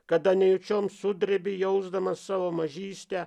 kada nejučiom sudrebi jausdamas savo mažystę